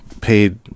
paid